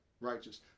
Righteous